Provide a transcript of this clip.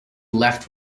left